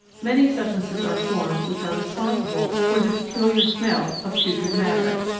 many substances are formed which are responsible for the peculiar smell of putrid matter,